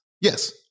Yes